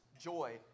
joy